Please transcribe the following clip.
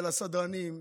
ולסדרנים,